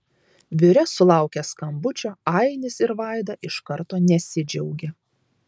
biure sulaukę skambučio ainis ir vaida iš karto nesidžiaugia